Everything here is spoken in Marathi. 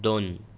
दोन